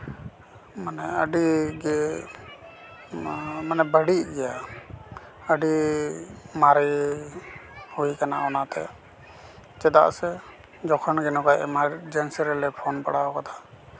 ᱢᱟᱱᱮ ᱟᱹᱰᱤᱜᱮ ᱢᱟᱱᱮ ᱵᱟᱹᱲᱤᱡ ᱜᱮᱭᱟ ᱟᱹᱰᱤ ᱢᱟᱨᱮ ᱦᱩᱭ ᱠᱟᱱᱟ ᱚᱱᱟᱛᱮ ᱪᱮᱫᱟᱜ ᱥᱮ ᱡᱚᱠᱷᱚᱱ ᱜᱮ ᱱᱚᱝᱠᱟ ᱮᱢᱟᱨᱡᱮᱱᱥᱤ ᱨᱮᱞᱮ ᱯᱷᱳᱱ ᱵᱟᱲᱟ ᱠᱟᱫᱟ